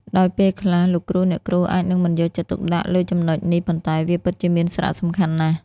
ដោយពេលខ្លះលោកគ្រូអ្នកគ្រូអាចនឹងមិនយកចិត្តទុកដាក់់លើចំណុចនេះប៉ុន្តែវាពិតជាមានសារៈសំខាន់ណាស់។